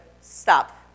stop